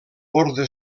orde